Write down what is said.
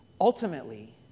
Ultimately